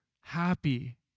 happy